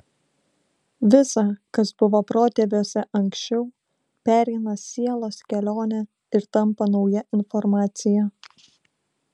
visa kas buvo protėviuose anksčiau pereina sielos kelionę ir tampa nauja informacija